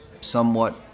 somewhat